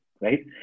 right